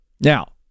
Now